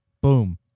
Boom